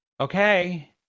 Okay